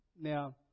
Now